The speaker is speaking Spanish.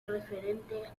referente